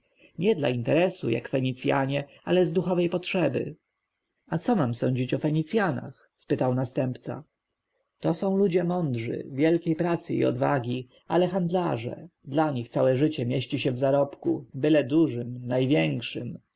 nie dla interesu jak fenicjanie ale z duchowej potrzeby a co mam sądzić o fenicjanach spytał następca to są ludzie mądrzy wielkiej pracy i odwagi ale handlarze dla nich całe życie mieści się w zarobku byle dużym największym